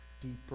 deeper